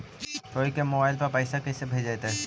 कोई के मोबाईल पर पैसा कैसे भेजइतै?